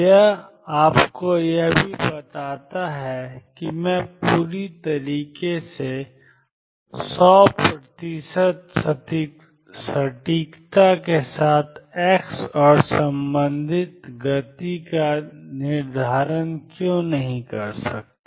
यह आपको यह भी बताता है कि मैं पूरी तरह से 100 सटीकता के साथ x और संबंधित गति का निर्धारण क्यों नहीं कर सकता